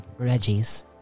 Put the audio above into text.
Reggies